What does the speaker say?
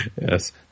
Yes